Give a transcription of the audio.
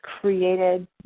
created